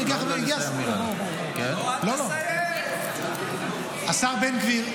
הינה הגיע השר בן גביר,